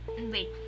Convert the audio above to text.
wait